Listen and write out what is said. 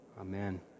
Amen